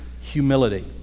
humility